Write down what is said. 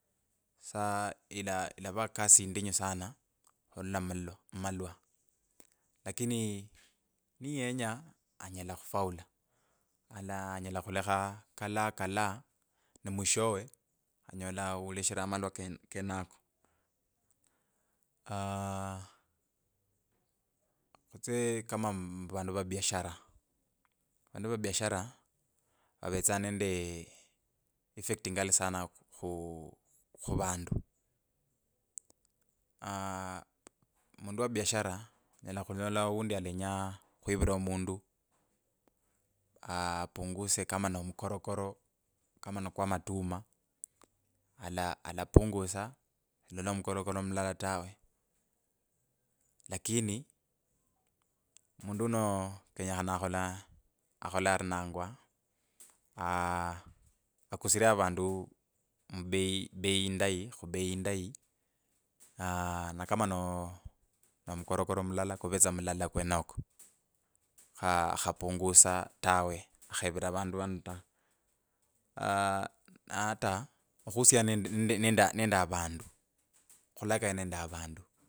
Saa ila ila ekasi indinyu sana khuvula mumala…mumalwa. Lakini niyenya, anyola khufaulu alaaa anyala khulekha kalaa kalaa ne mwishowe anyola uleshire malwa kenako. Alaa kutye kama muvandu va biashara, vandu va biashara vavetsa nende effect ingali sana khu khuvunda, aaah mundu wa biashara onyela khunyola oundi alenyanga khuivira omondu naaah apunguse kama no mukorokoro kama ni kwa matuma alaaa alapungisa kalola mukorokoro mlala tawe, lakini mundu uno kenyekhana akhole aaah arinangwa aaah akusirye avandu mubei bei indai, khubei indai aaah na kama no no- nomukorokoro mlala kuvee tsa mulala kwenoko khapungusa tawe akheivara vandu vano ta, alaaa… ata okhusiana nend- nende nende avandu, khulakaya nende avandu.